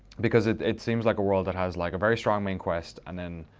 because it seems like a world that has like a very strong main quest and then,